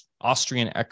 Austrian